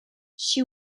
she